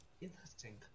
interesting